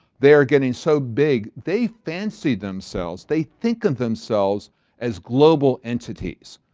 they're getting so big, they fancy themselves, they think of themselves as global entities.